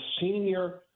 senior